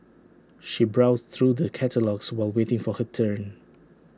she browsed through the catalogues while waiting for her turn